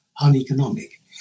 uneconomic